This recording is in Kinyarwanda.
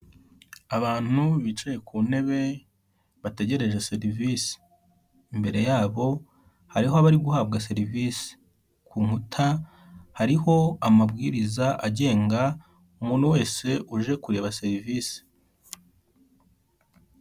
Abantu bicaye ku ntebe bategereje serivisi, imbere yabo hariho abari guhabwa serivisi, ku nkuta hariho amabwiriza agenga umuntu wese uje kureba serivisi.